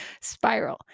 spiral